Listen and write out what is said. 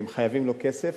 והם חייבים לו כסף,